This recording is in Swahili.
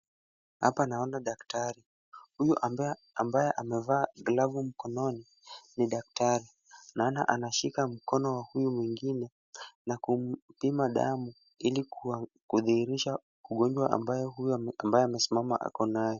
Hapa naona daktari huyu ambaye amevaa glavu mkononi ni daktari. Naona anashika mkono wa huyu mwingine na kumpima damu ili kudhihirisha ugonjwa ambao ule ambaye amesimama ako nayo.